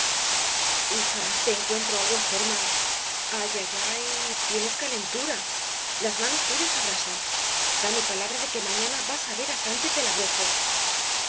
hija te encuentro algo enferma ay ay ay tienes calentura las manos tuyas abrasan dame palabra de que mañana vas á ver á sánchez del abrojo